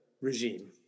regime